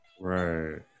Right